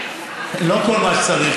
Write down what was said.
כל מה שצריך?